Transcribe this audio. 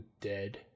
dead